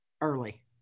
early